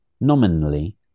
Nominally